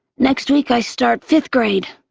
next week i start fifth grade.